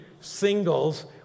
singles